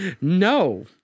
No